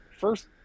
First